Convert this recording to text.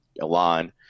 Elon